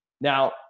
Now